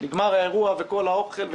וכל האוכל נזרק,